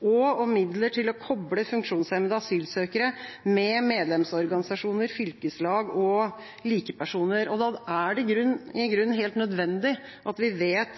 og om midler til å koble funksjonshemmede asylsøkere med medlemsorganisasjoner, fylkeslag og likepersoner. Og da er det i grunnen helt nødvendig at vi vet